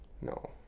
No